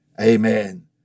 Amen